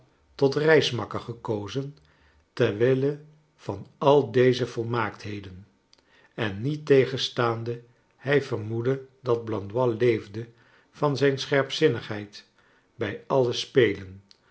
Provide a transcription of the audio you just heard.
tot reismakker gekozen ter wille van al deze volmaaktheden en niettegenstaande hij vermoedde dat blandois leefde van zijn scherpzinnigheid bij alle spelen